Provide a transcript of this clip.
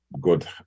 good